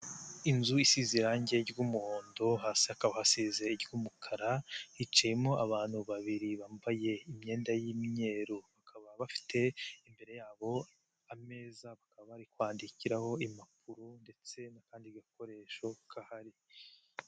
Inzu isize irangi ry'umuhondo hasi akahasize ry'umukara, hicayemo abantu babiri bambaye imyenda y'imyeru, bakaba bafite imbere yabo ameza bakaba bari kwandikiraho impapuro ndetse n'akandi gakoresho gahari.